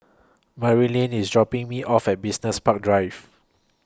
Merrily IS dropping Me off At Business Park Drive